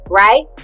right